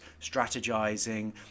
strategizing